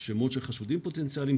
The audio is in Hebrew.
שמות של חשודים פוטנציאליים,